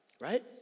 Right